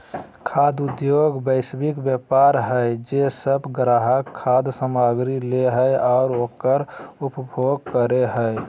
खाद्य उद्योगएगो वैश्विक व्यापार हइ जे सब ग्राहक खाद्य सामग्री लय हइ और उकर उपभोग करे हइ